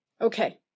okay